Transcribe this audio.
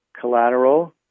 collateral